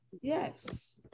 Yes